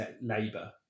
labour